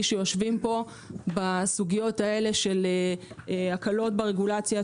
שיושבים פה בסוגיות הללו של הקלות ברגולציה,